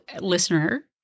listener